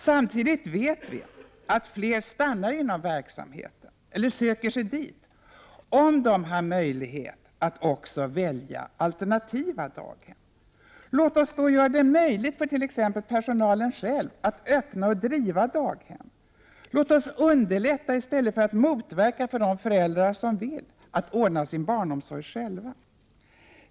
Samtidigt vet vi att fler stannar inom verksamheten eller söker sig dit om de har möjlighet att också välja alternativa daghem. Låt oss då göra det möjligt för t.ex. personalen själv att öppna och driva daghem, underlätta i stället för att motverka för de föräldrar som vill ordna sin barnomsorg själva.